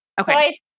Okay